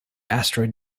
asteroid